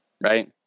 right